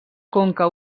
conca